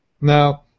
Now